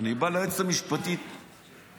אני בא ליועצת המשפטית מבוהל,